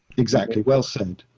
exactly. well said,